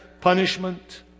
punishment